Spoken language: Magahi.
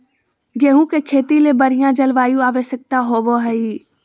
गेहूँ के खेती ले बढ़िया जलवायु आवश्यकता होबो हइ